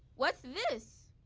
what's this?